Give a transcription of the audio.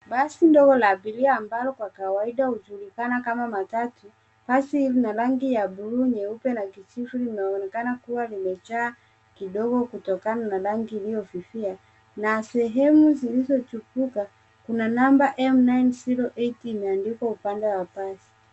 Basi ndogo la abiria ambalo kwa kawaida hujulikana kama matatu. Basi hili lina rangi ya buluu, nyeupe na kijivu linaonekana kuwa limejaa kidogo kutokana na rangi iliyofifia, na sehemu zilizochipuka, kuna namba m908 imeandikwa upande wa basi.